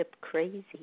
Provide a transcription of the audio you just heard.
crazy